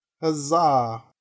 Huzzah